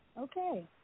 Okay